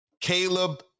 Caleb